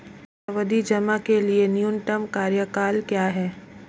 सावधि जमा के लिए न्यूनतम कार्यकाल क्या है?